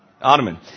ottoman